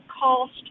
cost